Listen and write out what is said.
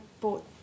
bought